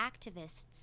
activists